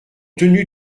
tenu